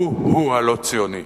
הוא-הוא הלא-ציוני,